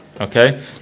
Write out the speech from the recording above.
Okay